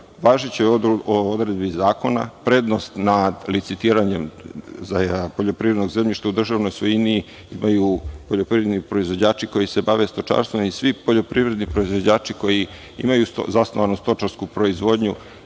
važećoj odredbi zakona, prednost nad licitiranjem poljoprivrednog zemljišta u državnoj svojini imaju poljoprivredni proizvođači koji se bave stočarstvom i svi poljoprivredni proizvođači koji imaju zasnovanu stočarsku proizvodnju.